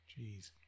Jeez